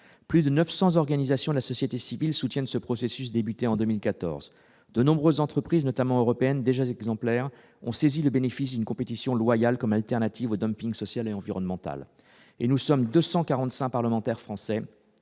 plus de 900 organisations de la société civile soutiennent ce processus débuté en 2014, de nombreuses entreprises, notamment européennes, déjà exemplaire ont saisi le bénéfice d'une compétition loyale comme alternative au dumping social et environnemental et nous sommes 245 parlementaires français